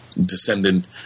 descendant